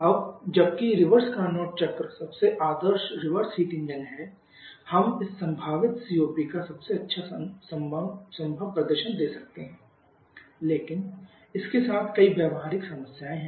अब जबकि reverse Carnot चक्र सबसे आदर्श रिवर्स हीट इंजन है हम इस संभावित सीओपी का सबसे अच्छा संभव प्रदर्शन दे सकते हैं लेकिन इसके साथ कई व्यावहारिक समस्याएं हैं